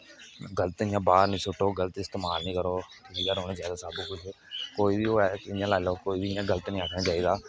गल्त इयां बाहर नेई सुट्टो गल्त इयां इस्तेमाल नेई करो कोई बी होऐ इयां लाई लेऔ कोई बी इयां गल्त नेई आक्खना चाहिदा